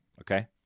okay